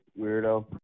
weirdo